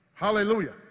Hallelujah